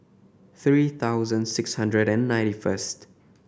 three thousand six hundred and ninety first